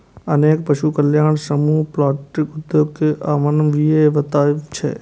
अनेक पशु कल्याण समूह पॉल्ट्री उद्योग कें अमानवीय बताबै छै